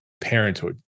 parenthood